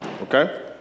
okay